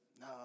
no